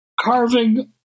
carving